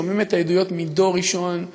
שומעים את העדויות מדור ראשון,